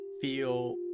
feel